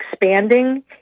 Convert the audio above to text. expanding